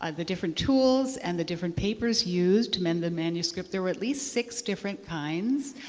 um the different tools and the different papers used to mend the manuscript. there were at least six different kinds.